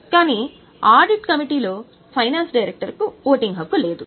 కాని ఆడిట్ కమిటీలో ఫైనాన్స్ డైరెక్టర్కు ఓటింగ్ హక్కు లేదు